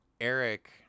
eric